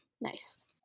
nice